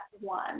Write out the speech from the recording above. one